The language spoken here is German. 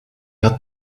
hat